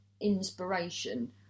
inspiration